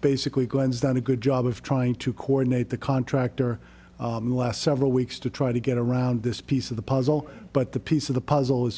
basically glenn's done a good job of trying to coordinate the contractor last several weeks to try to get around this piece of the puzzle but the piece of the puzzle is